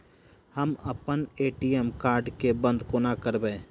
हम अप्पन ATM card केँ बंद कोना करेबै?